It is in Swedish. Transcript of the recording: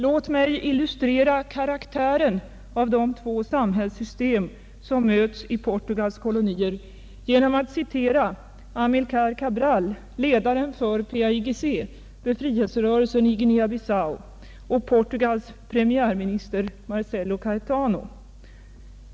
Jag vill illustrera karaktären av de två samhällssystem, som möts i Portugals kolonier, genom att citera Amilcar Cabral, ledaren för PAIGC, befrielserörelsen i Guinea Bissau, och Portugals premiärminister Marcello Caetano.